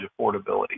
affordability